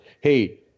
hey